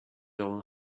own